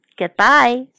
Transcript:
goodbye